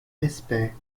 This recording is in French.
respect